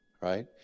Right